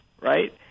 right